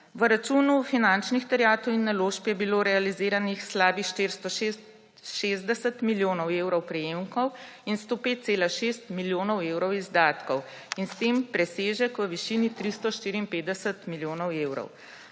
V računu finančnih terjatev in naložb je bilo realiziranih slabih 460 milijonov evrov prejemkov in 105,6 milijona evrov izdatkov in s tem presežek v višini 354 milijonov evrov.